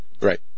Right